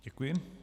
Děkuji.